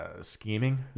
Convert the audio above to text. scheming